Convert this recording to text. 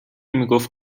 میگفت